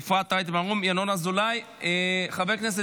אפרת רייטן מרום, ינון אזולאי, חבר הכנסת